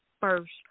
first